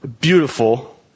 beautiful